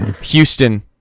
Houston